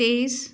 তেইছ